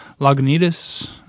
Lagunitas